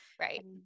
right